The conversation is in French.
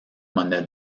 monnaie